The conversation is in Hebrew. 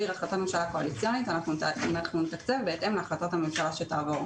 החלטת ממשלה קואליציונית אנחנו נתקצב בהתאם להחלטת הממשלה שתעבור.